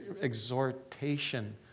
exhortation